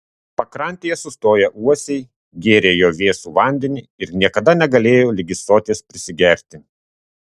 pakrantėje sustoję uosiai gėrė jo vėsų vandenį ir niekada negalėjo ligi soties prisigerti